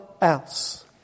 else